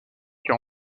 car